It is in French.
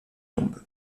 tombent